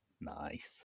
Nice